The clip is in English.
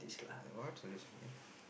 and what soulution you have